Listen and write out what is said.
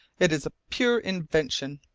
it is a pure invention.